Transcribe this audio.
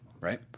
right